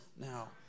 now